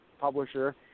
publisher